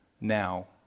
now